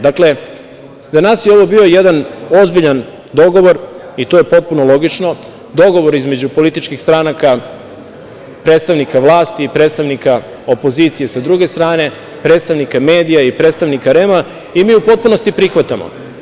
Dakle, za nas je ovo bio jedan ozbiljan dogovor i to je potpuno logično, dogovor između političkih stranka, predstavnika vlasti i predstavnika opozicije, sa druge strane predstavnike medija, predstavnika REM-a i mi u potpunosti prihvatamo.